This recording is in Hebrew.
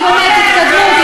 נו, באמת, תתקדמו.